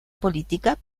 política